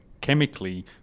chemically